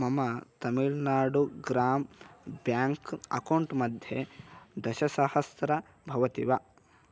मम तमिल्नाडु ग्राम bank account मध्ये दशसहस्रं भवति वा